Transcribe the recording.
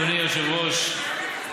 אדוני היושב-ראש,